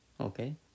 Okay